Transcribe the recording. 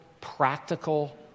practical